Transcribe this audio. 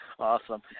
Awesome